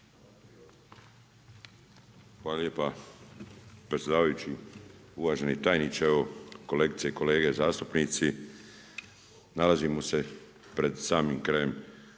Hvala lijepa predsjedavajući. Uvaženi tajniče, kolegice i kolege zastupnici, nalazimo se pred samim krajem